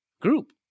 group